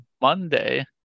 Monday